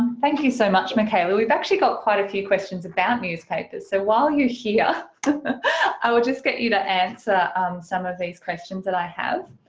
thank you so much michaela we've actually got quite a few questions about newspapers, so while you're here i would just get you to answer some of these questions that i have.